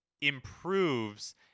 improves